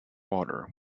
water